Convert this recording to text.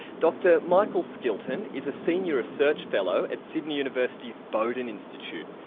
dr michael skilton is a senior research fellow at sydney university's boden institute,